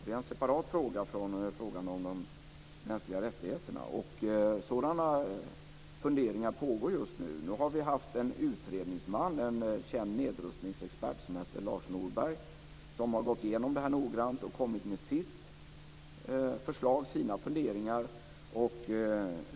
Det är en separat fråga som inte hör ihop med frågan om de mänskliga rättigheterna. Sådana funderingar pågår just nu. Vi har haft en utredningsman, en känd nedrustningsexpert som heter Lars Norberg, som har gått igenom detta noggrant och kommit med sitt förslag och sina funderingar.